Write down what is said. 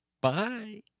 Bye